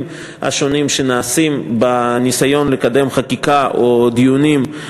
השונים בניסיון לקדם חקיקה או דיונים,